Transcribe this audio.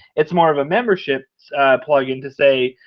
it's more of a membership plugin to say,